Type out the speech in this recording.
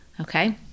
okay